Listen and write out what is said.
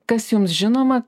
kas jums žinoma